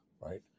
right